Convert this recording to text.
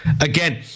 again